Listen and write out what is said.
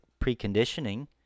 preconditioning